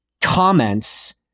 comments